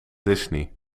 disney